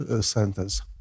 sentence